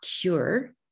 cure